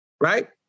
Right